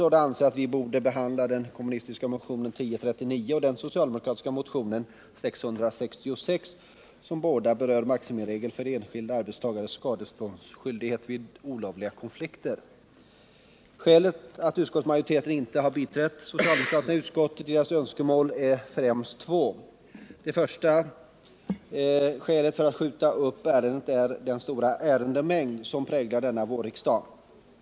De anser att vi borde behandla den kommunistiska motionen 1039 och den socialdemokratiska motionen 666, som båda berör maximiregeln för enskild arbetstagares skadeståndsskyldighet vid olovliga konflikter. Skälet till att utskottsmajoriteten inte har biträtt socialdemokraterna i utskottet i deras önskemål är två: Det första skälet för att skjuta upp ärendet är den stora ärendemängd som präglar denna vårriksdag.